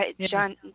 John